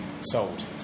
sold